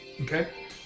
Okay